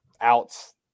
outs